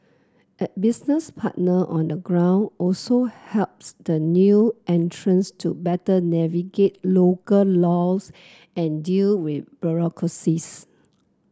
a business partner on the ground also helps the new entrants to better navigate local laws and deal with bureaucracies